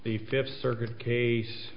the fifth circuit case